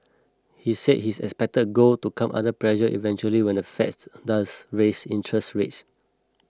he said his expected gold to come under pressure eventually when the Fed's does raise interest rates